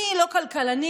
אני לא כלכלנית,